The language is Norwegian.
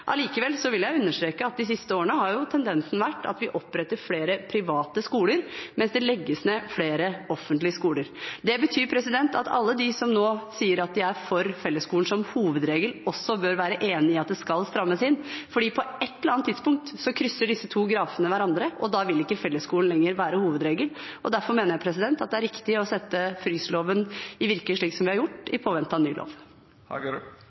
Allikevel vil jeg understreke at de siste årene har tendensen vært at vi oppretter flere private skoler, mens det legges ned flere offentlige skoler. Det betyr at alle dem som nå sier at de er for fellesskolen som hovedregel, også bør være enig i at det skal strammes inn, for på et eller annet tidspunkt krysser disse to grafene hverandre, og da vil ikke fellesskolen lenger være hovedregelen. Derfor mener jeg det er riktig å sette frysloven i virke slik vi har gjort, i påvente av ny